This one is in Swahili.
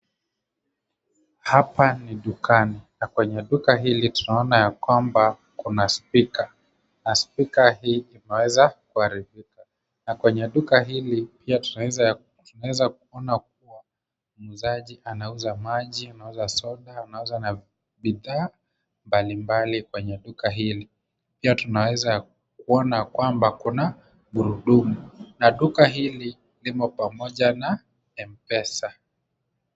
Hapa ni dukani ,na kwenye duka hili tunaona ya kwamba kuna spika na spika hii imeweza kuharibika na kwenye duka hili pia tunaweza kuona kuwa muuzaji anauza maji, anauza soda, anauza na bidhaa mbalimbali kwenye duka hili. Pia tunaweza kuona kwamba kuna gurudumu .Na duka hili limo pamoja na mpesa.